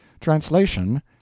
Translation